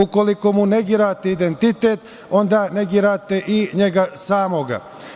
Ukoliko mu negirate identitet, onda negirate i njega samoga.